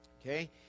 Okay